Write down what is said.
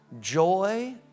Joy